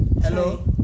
Hello